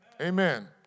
Amen